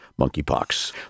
monkeypox